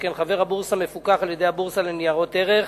שכן חבר הבורסה מפוקח על-ידי הבורסה לניירות ערך,